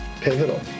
pivotal